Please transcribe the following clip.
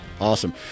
awesome